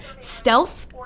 stealth